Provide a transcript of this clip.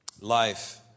Life